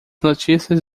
notícias